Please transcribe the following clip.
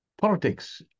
politics